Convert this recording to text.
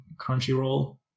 Crunchyroll